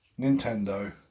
Nintendo